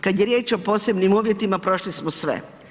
Kada je riječ o posebnim uvjetima, prošli smo sve.